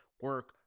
Work